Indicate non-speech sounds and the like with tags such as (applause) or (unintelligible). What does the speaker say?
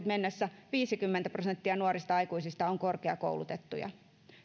(unintelligible) mennessä viisikymmentä prosenttia nuorista aikuisista on korkeakoulutettuja